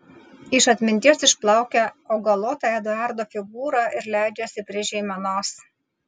iš atminties išplaukia augalota eduardo figūra ir leidžiasi prie žeimenos